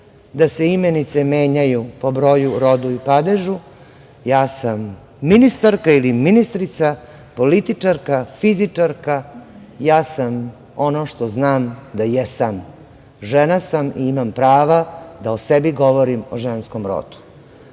da se imenice menjaju po broju, rodu i padežu, ja sam ministarka ili ministrica, političarka, fizičarka, ja sam ono što znam da jesam. Žena sam i imam prava da o sebi govorim u ženskom rodu.